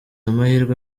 amahirwe